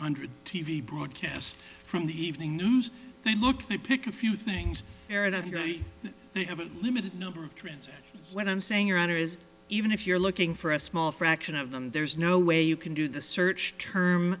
hundred t v broadcast from the evening news they look to pick a few things that have a limited number of trends what i'm saying your honor is even if you're looking for a small fraction of them there's no way you can do the search term